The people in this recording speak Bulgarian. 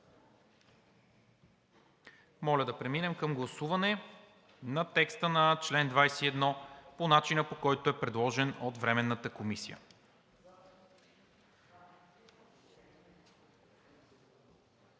Моля да преминем към гласуване на текста на чл. 21 по начина, по който е предложен от Временната комисия.